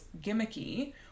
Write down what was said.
gimmicky